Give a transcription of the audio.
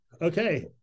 Okay